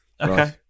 Okay